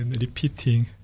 repeating